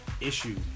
issue